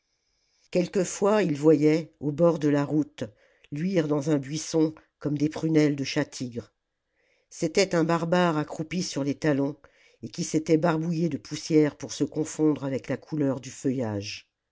quelquefois ils voyaient au bord de la route luire dans un buisson comme des prunelles de chat-tigre c'était un barbare accroupi sur les talons et qui s'était barbouillé de poussière pour se confondre avec la couleur du feuillage